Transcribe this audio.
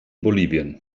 bolivien